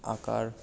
আঁকার